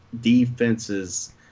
defenses